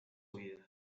vida